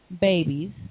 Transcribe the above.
babies